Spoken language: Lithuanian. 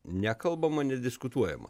nekalbama nediskutuojama